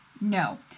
No